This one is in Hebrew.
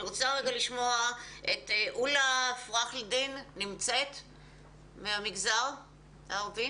אני רוצה לשמוע את עולה פחראלדין מהמגזר הערבי.